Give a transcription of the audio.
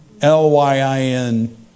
L-Y-I-N